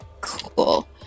Cool